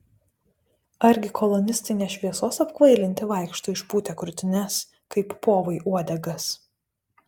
argi kolonistai ne šviesos apkvailinti vaikšto išpūtę krūtines kaip povai uodegas